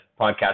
podcast